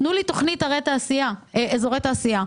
תנו לי תכנית אזורי תעשייה.